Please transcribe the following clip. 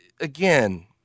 again